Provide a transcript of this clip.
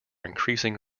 increasing